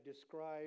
describe